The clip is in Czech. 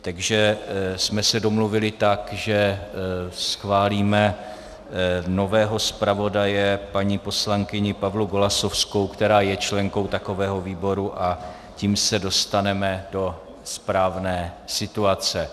Takže jsme se domluvili tak, že schválíme nového zpravodaje, paní poslankyni Pavlu Golasowskou, která je členkou takového výboru, a tím se dostaneme do správné situace.